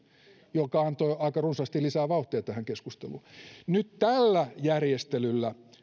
mikä antoi aika runsaasti lisää vauhtia tähän keskusteluun nyt tällä järjestelyllä